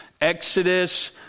Exodus